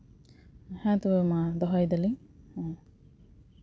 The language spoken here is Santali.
ᱦᱮᱸ ᱛᱚᱵᱮ ᱢᱟ ᱫᱚᱦᱚᱭ ᱫᱟᱞᱤᱧ ᱦᱮᱸ